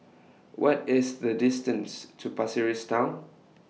What IS The distance to Pasir Ris Town